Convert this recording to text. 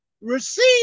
receive